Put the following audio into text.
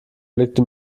blickte